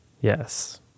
Yes